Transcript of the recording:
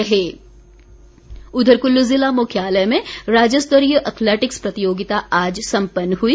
athletics उघर कुल्लू ज़िला मुख्यालय में राज्यस्तरीय एथलैटिक्स प्रतियोगिता आज सम्पन्न हुई